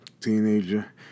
teenager